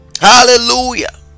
hallelujah